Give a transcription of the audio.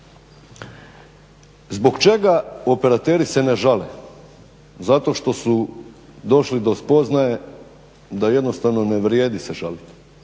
Zbog čega operateri se ne žale? Zato što su došli do spoznaje da jednostavno ne vrijedi se žaliti,